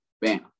Bam